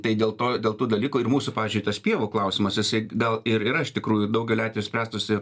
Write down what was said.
tai dėl to dėl tų dalyko ir mūsų pavyzdžiui tas pievų klausimas jisai gal ir yra iš tikrųjų daugeliu atvejų spręstųsi